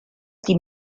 die